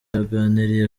yaganiriye